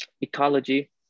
ecology